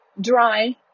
dry